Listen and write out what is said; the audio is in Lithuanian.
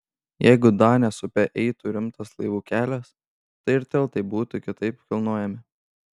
jeigu danės upe eitų rimtas laivų kelias tai ir tiltai būtų kitaip kilnojami